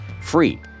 free